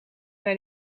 naar